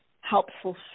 helpful